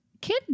kid